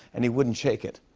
and he wouldn't shake it.